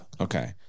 Okay